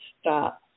stop